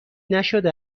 نشده